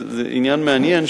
זה עניין מעניין,